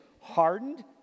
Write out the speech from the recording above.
hardened